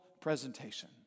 presentation